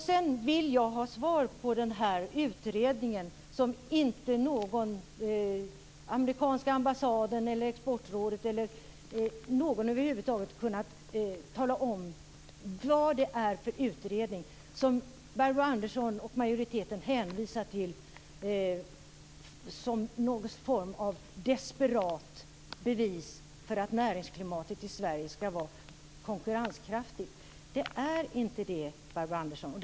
Sedan vill jag ha svar när det gäller den här utredningen som inte någon - amerikanska ambassaden, Exportrådet eller någon över huvud taget - kunnat tala om vad det är för något. Det är den utredningen Barbro Andersson Öhrn och majoriteten hänvisar till som någon form av desperat bevis för att näringsklimatet i Sverige skulle vara konkurrenskraftigt. Det är det inte, Barbro Andersson Öhrn.